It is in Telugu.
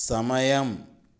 సమయం